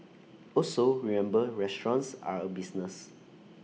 also remember restaurants are A business